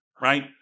right